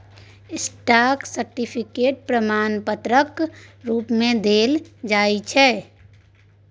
stock certificate प्रमाण पत्रक रुप मे देल जाइ छै